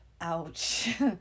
Ouch